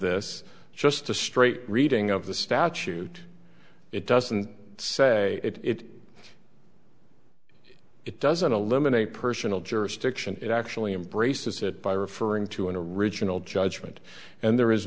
this just a straight reading of the statute it doesn't say it it doesn't eliminate personal jurisdiction it actually embraces it by referring to a regional judgment and there is